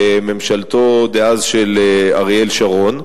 בממשלתו דאז של אריאל שרון,